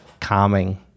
calming